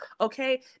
Okay